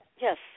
Yes